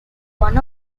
one